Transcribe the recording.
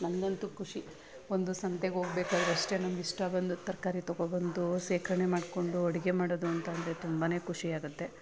ನನಗಂತು ಖುಷಿ ಒಂದು ಸಂತೆಗೆ ಹೋಗ್ಬೇಕಾದ್ರೂ ಅಷ್ಟೇ ನಮಗಿಷ್ಟ ಬಂದದೆ ತರಕಾರಿ ತೊಗೊಂಡ್ಬಂದು ಶೇಖರ್ಣೆ ಮಾಡಿಕೊಂಡು ಅಡುಗೆ ಮಾಡೋದು ಅಂತ ಅಂದ್ರೆ ತುಂಬನೇ ಖುಷಿಯಾಗುತ್ತೆ